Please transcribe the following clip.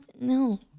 no